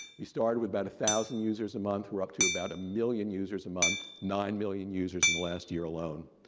we started with about one thousand users a month. we're up to about a million users a month, nine million users in the last year alone.